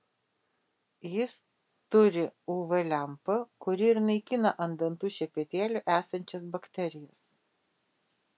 jis turi uv lempą kuri ir naikina ant dantų šepetėlių esančias bakterijas